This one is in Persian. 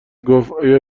گفتاگر